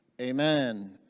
amen